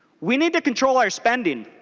we need to control our spending